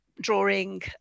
drawing